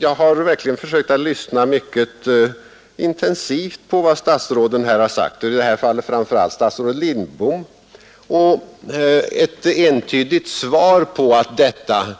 Jag har verkligen försökt lyssna mycket intensivt på vad statsråden har sagt. Ett entydigt svar på frågan